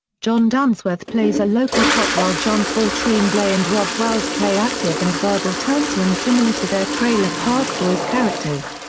john dunsworth plays a local cop while john paul tremblay and robb wells play active and verbal townsmen similar to their trailer park boys characters.